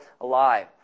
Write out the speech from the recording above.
alive